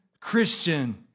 Christian